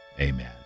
Amen